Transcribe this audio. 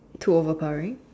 too overpowering